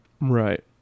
Right